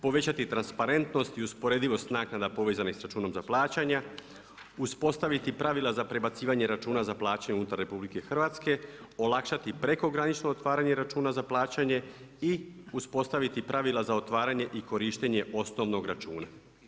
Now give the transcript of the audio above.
Povećati transparentnost i usporedivost naknada povezanih sa računom za plaćanja, uspostaviti pravila za prebacivanje računa za plaće unutar RH, olakšati prekogranično otvaranje računa za plaćanje i uspostaviti pravila za otvaranje i korištenje osnovnog računa.